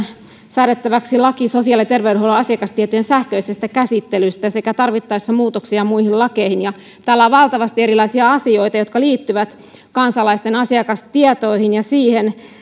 säädettäväksi laki sosiaali ja terveydenhuollon asiakastietojen sähköisestä käsittelystä sekä tarvittaessa muutoksia muihin lakeihin täällä on valtavasti erilaisia asioita jotka liittyvät kansalaisten asiakastietoihin ja siihen